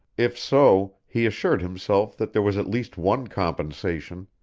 if so, he assured himself that there was at least one compensation.